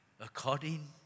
according